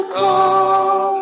call